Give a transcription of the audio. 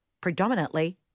predominantly